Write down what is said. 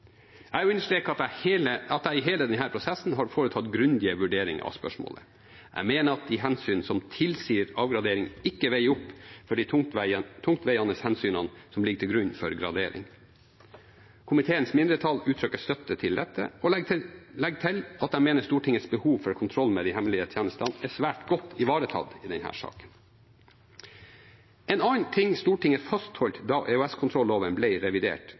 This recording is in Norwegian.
Jeg understreker at jeg i hele denne prosessen har foretatt grundige vurderinger av spørsmålet. Jeg mener at de hensyn som tilsier avgradering, ikke veier opp for de tungtveiende hensynene som ligger til grunn for gradering. Komiteens mindretall uttrykker støtte til dette og legger til at de mener Stortingets behov for kontroll med de hemmelige tjenestene er svært godt ivaretatt i denne saken. En annen ting Stortinget fastholdt da EOS-kontrolloven ble revidert,